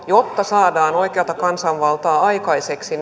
jotta saadaan oikeata kansanvaltaa aikaiseksi